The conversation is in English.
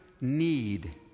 need